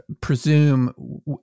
presume